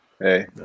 hey